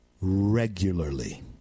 regularly